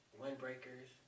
windbreakers